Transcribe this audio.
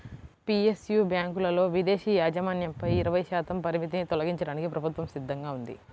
PSU బ్యాంకులలో విదేశీ యాజమాన్యంపై ఇరవై శాతం పరిమితిని తొలగించడానికి ప్రభుత్వం సిద్ధంగా ఉంది